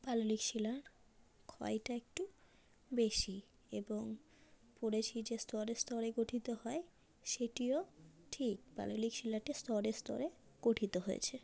পাললিক শিলার ক্ষয়টা একটু বেশি এবং পড়েছি যে স্তরে স্তরে গঠিত হয় সেটিও ঠিক পাললিক শিলাটা স্তরে স্তরে গঠিত হয়েছে